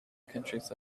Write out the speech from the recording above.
countries